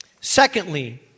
Secondly